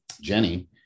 Jenny